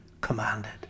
commanded